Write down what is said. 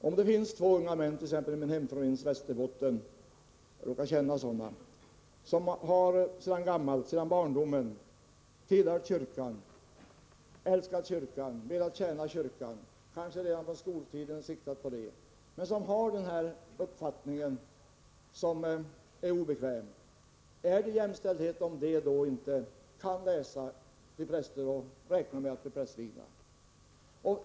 Om det finns två unga män, t.ex. i min hemkommun Västerbotten, jag råkar känna sådana, som sedan barndomen har tillhört kyrkan, älskat kyrkan, velat tjäna kyrkan — de kanske redan under skoltiden siktat på detta — men som har den här obekväma uppfattningen, är det jämställdhet om de inte kan läsa till präster och räkna med att bli prästvigda?